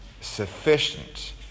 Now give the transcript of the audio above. sufficient